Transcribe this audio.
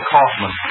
Kaufman